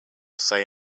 say